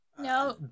No